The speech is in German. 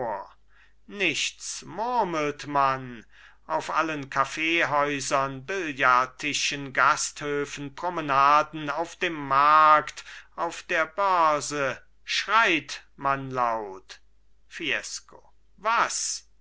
nichts murmelt man auf allen kaffeehäusern billardtischen gasthöfen promenaden auf dem markt auf der börse schreit man laut fiesco was